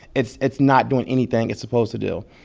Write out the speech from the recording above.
it's it's not doing anything it's supposed to do.